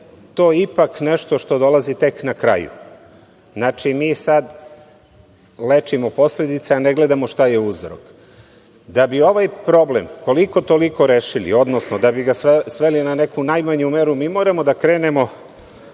je to ipak nešto što dolazi tek na kraju. Znači, mi sad lečimo posledice a ne gledamo šta je uzrok. Da bi ovaj problem koliko-toliko rešili, odnosno da bi ga sveli na neku najmanju meru, mi moramo da krenemo